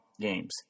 games